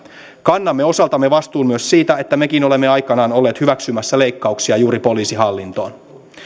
kannamme osaltamme vastuun myös siitä että mekin olemme aikanaan olleet hyväksymässä leikkauksia juuri poliisihallintoon